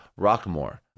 Rockmore